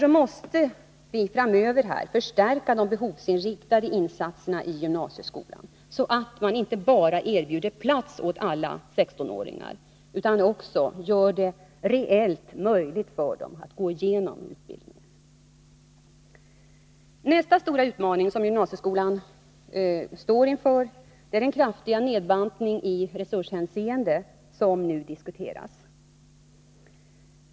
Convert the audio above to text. Därför måste vi framöver förstärka de behovsinriktade insatserna i gymnasieskolan, så att man inte bara erbjuder plats åt alla 16-åringar utan också gör det reellt möjligt för dem att genomgå utbildningen. Nästa stora utmaning gymnasieskolan står inför är den kraftiga nedbantning i resurshänseende som nu diskuteras.